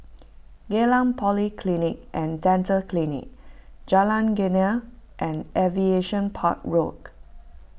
Geylang Polyclinic and Dental Clinic Jalan Geneng and Aviation Park Road